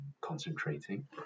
concentrating